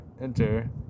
enter